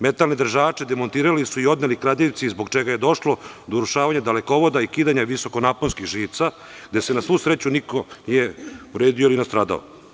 Metalne držače demontirali su i odneli kradljivci, zbog čega je došlo do urušavanja dalekovoda i kidanja visokonaponskih žica, gde se na svu sreću niko nije povredio ili nastradao.